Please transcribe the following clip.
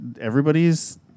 everybody's